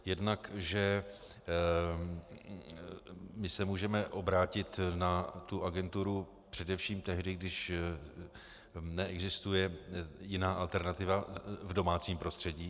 Jednak to, že my se můžeme obrátit na tu agenturu především tehdy, když neexistuje jiná alternativa v domácím prostředí.